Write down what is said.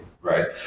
right